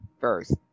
First